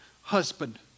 husband